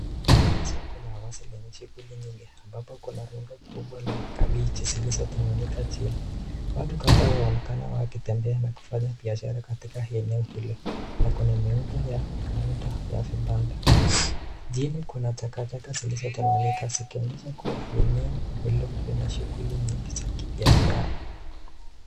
Hili ni soko la wazi lenye shughuli nyingi ambapo kuna rundo kubwa la kabichi zilizotawanyika chini. Watu kadhaa wanaonekana wakitembea na kufanya biashara katika hili eneo na kuna miundo ya muda ya vibanda. Chini kuna takataka zilizotawanyika zikionyesha kuwa eneo hilo lina shughuli nyingi za kibiashara.